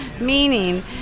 meaning